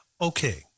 Okay